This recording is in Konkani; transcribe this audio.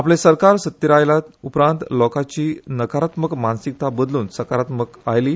आपले सरकार सत्तेर आयल्या उपरांत लोकाची नकारात्मक मानसिकता बदलून सकारात्मकता आयली